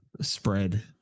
spread